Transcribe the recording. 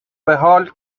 بحال